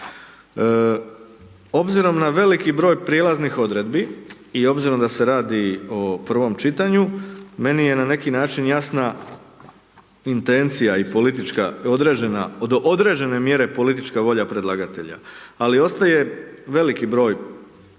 Obzirom na veliki broj prijelaznih odredbi i obzirom da se radi o prvom čitanju, meni je na neki način jasna intencija i politička određena, od određene mjere politička volja predlagatelja, ali ostaje veliki broj